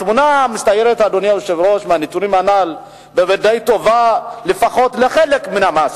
התמונה המצטיירת מהנתונים הנ"ל בוודאי טובה לפחות לחלק מן המעסיקים,